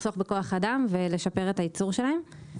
לחסוך בכוח אדם ולשפר את הייצור שלהם.